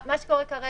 מה שקורה כרגע,